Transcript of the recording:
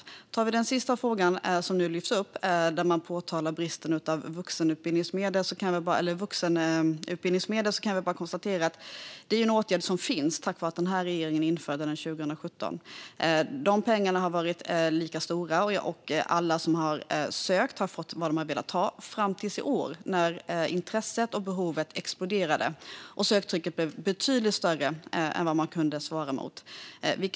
Låt oss ta den sista frågan som nu lyfts upp, där man påtalar bristen på vuxenutbildningsmedel. Jag kan bara konstatera att det är en åtgärd som finns tack vare att den här regeringen införde den 2017. Dessa pengar har varit lika stora, och alla som har sökt har fått det de har velat ha - fram till i år, när intresset och behovet exploderade och söktrycket och behovet blev betydligt större än vad man kunde svara upp till.